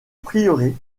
prieuré